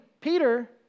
Peter